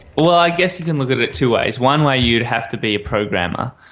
well, i guess you can look at it two ways. one way you'd have to be a programmer.